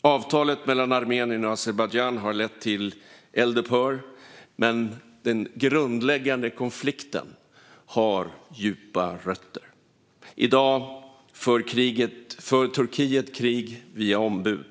Avtalet mellan Armenien och Azerbajdzjan har lett till eldupphör, men den grundläggande konflikten har djupa rötter. I dag för Turkiet krig via ombud.